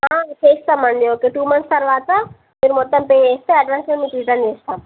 చేస్తామండి ఒక two months తర్వాత మీరు మొత్తం పే చేస్తే అడ్వాన్స్ మీకు రిటర్న్ చేస్తాం